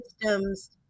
systems